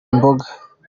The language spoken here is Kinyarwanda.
imboga